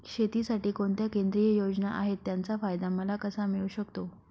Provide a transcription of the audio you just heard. शेतीसाठी कोणत्या केंद्रिय योजना आहेत, त्याचा फायदा मला कसा मिळू शकतो?